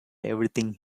everything